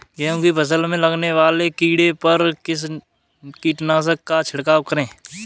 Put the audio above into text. गेहूँ की फसल में लगने वाले कीड़े पर किस कीटनाशक का छिड़काव करें?